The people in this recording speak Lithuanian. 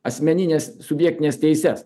asmenines subjektines teises